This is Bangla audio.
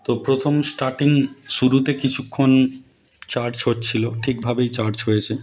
তো প্রথম স্টার্টিং শুরুতে কিছুক্ষণ চার্জ হচ্ছিল ঠিকভাবেই চার্জ হয়েছে